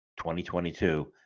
2022